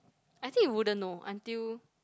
I think you wouldn't know until